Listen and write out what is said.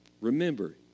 Remember